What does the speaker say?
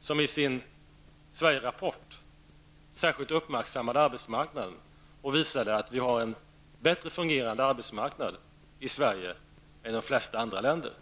som i sin Sverigerapport särskilt uppmärksammat arbetsmarknaden, en bättre fungerande arbetsmarknad i Sverige än de flesta andra länder.